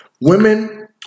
women